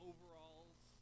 overalls